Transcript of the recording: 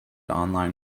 online